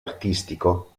artistico